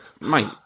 mate